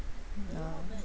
ya